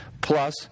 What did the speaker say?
plus